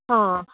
आं